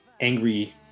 angry